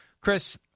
Chris